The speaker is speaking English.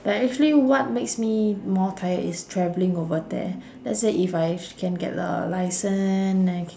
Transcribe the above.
but actually what makes me more tired is travelling over there let's say if I can get a license then c~